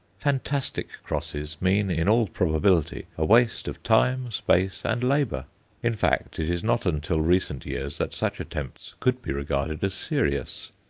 fantastic crosses mean, in all probability, a waste of time, space, and labour in fact, it is not until recent years that such attempts could be regarded as serious.